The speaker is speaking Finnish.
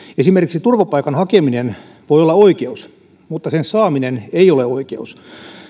esimerkiksi turvapaikan hakeminen voi olla oikeus mutta sen saaminen ei ole oikeus